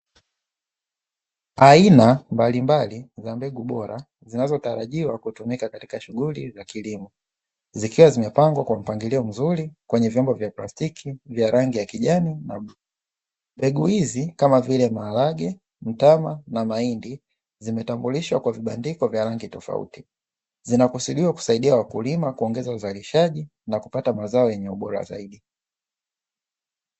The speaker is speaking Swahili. Aina mbalimbali za mbegu bora zinazotarajiwa kutumika katika shughuli za kilimo zikiwa zimepangwa kwa mpangilio mzuri kwenye vyombo vya plastiki vya rangi kijani na bluu, mbegu hizi kama vile maharage mtama na mahindi zimetambulishwa kwa vibandiko vya rangi tofauti, zinakusudiwa kusaidia wakulima kuongeza uzalishaji na kupata mazao bora zaidi.